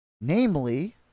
Namely